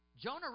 Jonah